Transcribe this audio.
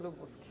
Lubuskie.